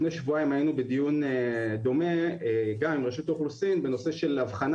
לפני שבועיים היינו בדיון דומה גם עם רשות האוכלוסין בנושא של הבחנה